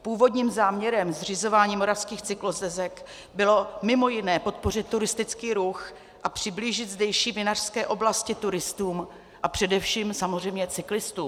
Původním záměrem zřizování moravských cyklostezek bylo mimo jiné podpořit turistický ruch a přiblížit zdejší vinařské oblasti turistům a především samozřejmě cyklistům.